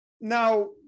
now